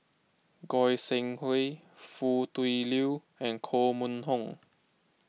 Goi Seng Hui Foo Tui Liew and Koh Mun Hong